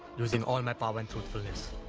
using all my powers in truthfulness.